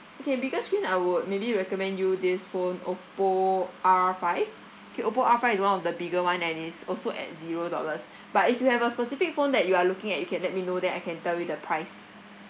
okay bigger screen I would maybe recommend you this phone oppo R five K oppo R five is one of the bigger one and is also at zero dollars but if you have a specific phone that you are looking at you can let me know then I can tell you the price